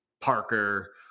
parker